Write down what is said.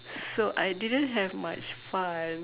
so I didn't have much fun